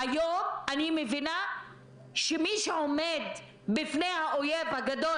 היום אני מבינה שמי שעומד בפני האויב הגדול